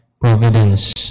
providence